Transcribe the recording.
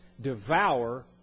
devour